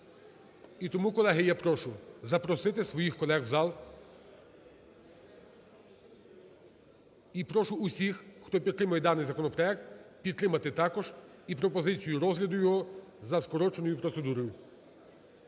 І тому, колеги, я прошу запросити своїх колег у зал, і прошу усіх, хто підтримує даний законопроект, підтримати також і пропозицію розгляду його за скороченою процедурою.